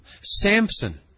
Samson